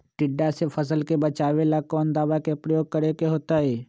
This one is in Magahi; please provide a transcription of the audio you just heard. टिड्डा से फसल के बचावेला कौन दावा के प्रयोग करके होतै?